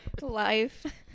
life